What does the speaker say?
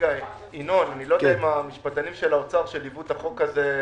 אני לא יודע אם המשפטנים של האוצר שליוו את החוק הזה,